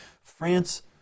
France